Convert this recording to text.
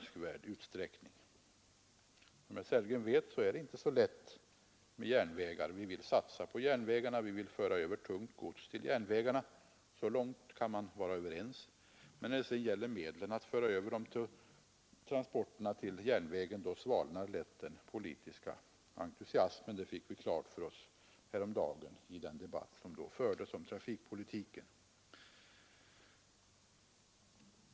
Som herr Sellgren vet är det inte så lätt med järnvägar. Vi vill satsa på järnvägarna, vi vill föra över tungt gods till järnvägarna — så långt kan vi vara överens, men när det sedan gäller medlen för att föra över transporterna till järnvägen svalnar lätt den politiska entusiasmen; det fick vi klart för oss häromdagen i den debatt som då fördes om trafikpolitiken.